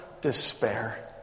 despair